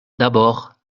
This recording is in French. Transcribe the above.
d’abord